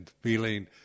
feeling